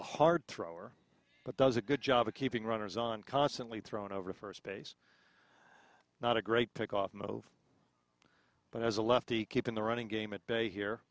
a hard thrower but does a good job of keeping runners on constantly thrown over first base not a great pick off move but as a lefty keeping the running game at bay here